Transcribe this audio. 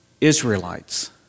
Israelites